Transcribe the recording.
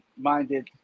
minded